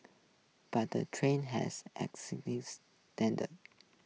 but the train has standards